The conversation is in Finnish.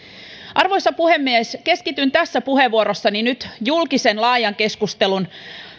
arvoisa puhemies keskityn tässä puheenvuorossani nyt julkisen laajan keskustelun